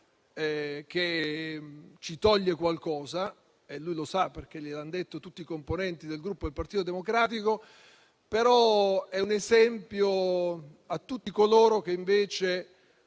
e ci toglie qualcosa (e lui lo sa, perché gliel'hanno detto tutti i componenti del Gruppo Partito Democratico), sia però un esempio per tutti coloro che invece,